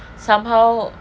somehow